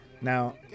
Now